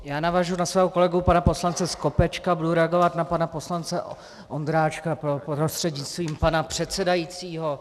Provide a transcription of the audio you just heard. Já navazuji na svého kolegu pana poslance Skopečka, budu reagovat na pana poslance Ondráčka prostřednictvím pana předsedajícího.